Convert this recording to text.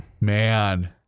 Man